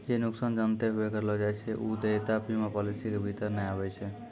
जे नुकसान जानते हुये करलो जाय छै उ देयता बीमा पालिसी के भीतर नै आबै छै